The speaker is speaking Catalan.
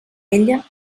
ella